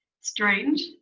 strange